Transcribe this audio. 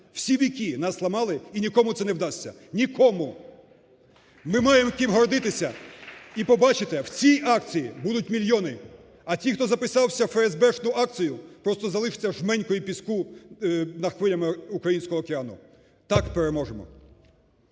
Всі віки нас ламали, і нікому це не вдасться – нікому. Ми маємо ким гордитися, і побачите, в цій акції будуть мільйони. А ті, хто записався у феесбешну акцію, просто залишаться жменькою піску над хвилями українського океану. Так, переможемо.